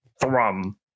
thrum